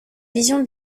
vision